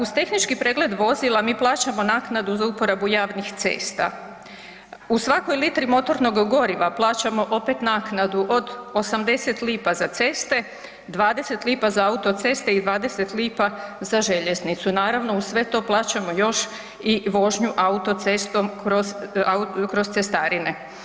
Uz tehnički pregled vozila, mi plaćamo naknadu za uporabu javnih cesta, u svakoj litri motornoga goriva plaćamo opet naknadu od 80,00 lipa za ceste, 20,00 lipa za autoceste i 20,00 lipa za željeznicu, naravno uz sve to plaćamo još i vožnju autocestom kroz cestarine.